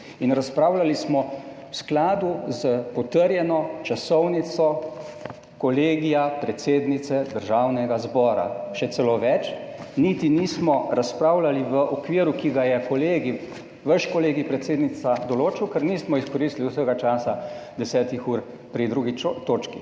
razpravljali smo v skladu s potrjeno časovnico Kolegija predsednice Državnega zbora, še celo več, niti nismo razpravljali v okviru, ki ga je kolegij, vaš kolegij, predsednica, določil, ker nismo izkoristili vsega časa, 10 ur pri 2. točki.